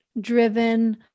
driven